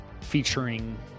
featuring